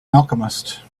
alchemist